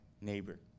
neighbor